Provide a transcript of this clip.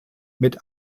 mit